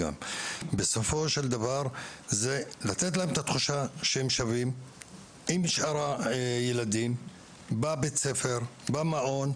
היא לתת להם את התחושה שהם שווים מול שאר הילדים בבית הספר ובמעון.